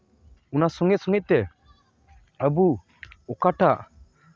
ᱚᱱᱟ ᱥᱚᱸᱜᱮ ᱥᱚᱸᱜᱮ ᱛᱮ ᱟᱹᱵᱩ ᱚᱠᱟᱴᱟᱜ